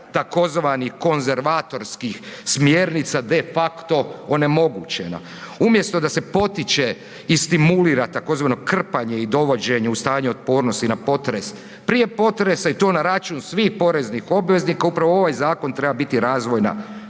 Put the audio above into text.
tzv. konzervatorskih smjernica de facto onemogućena umjesto da se potiče i stimulira tzv. krpanje i dovođenje u stanje otpornosti na potres, prije potresa i to na račun svih poreznih obveznika upravo ovaj zakon treba biti razvojna